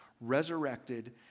resurrected